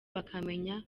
bakamenya